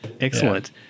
Excellent